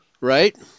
right